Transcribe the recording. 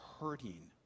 hurting